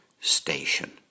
station